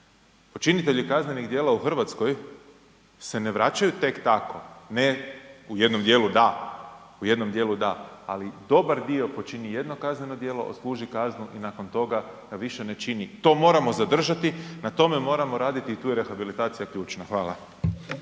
Počinitelji kaznenih djela u Hrvatskoj se ne vraćaju tek tako, ne, u jednom dijelu da, u jednom dijelu da, ali dobar dio počini jedno kazneno djelo, odsluži kaznu i nakon toga više ne čini. To moramo zadržati, na tome moramo raditi i tu je rehabilitacija ključna. Hvala.